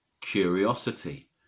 curiosity